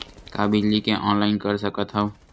का बिजली के ऑनलाइन कर सकत हव?